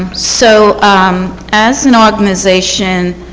um so um as an organization,